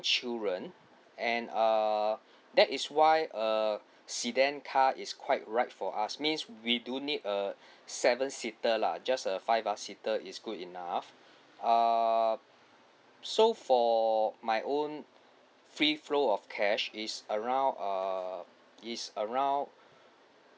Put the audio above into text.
children and err that is why uh sedan car is quite right for us means we don't need a seven seater lah just a five uh seater is good enough uh so for my own free flow of cash is around err is around